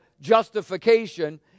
justification